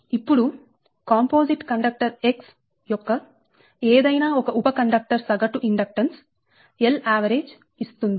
ఇప్పుడు composite conductor X యొక్క ఏదైనా ఒక ఉప కండక్టర్ సగటు ఇండక్టెన్స్ L avg ఇస్తుంది